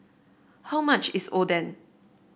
how much is Oden